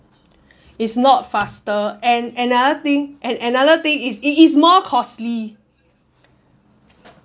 is not faster and another thing and another thing is it is more costly